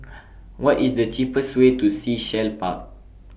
What IS The cheapest Way to Sea Shell Park